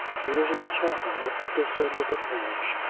he was in the chapel up at this end of the parish,